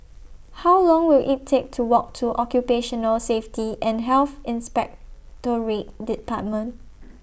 How Long Will IT Take to Walk to Occupational Safety and Health Inspectorate department